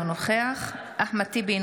אינו נוכח אחמד טיבי,